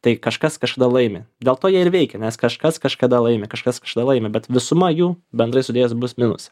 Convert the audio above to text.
tai kažkas kažkada laimi dėl to jie ir veikia nes kažkas kažkada laimi kažkas kažkada laimi bet visuma jų bendrai sudėjus bus minuse